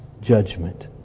judgment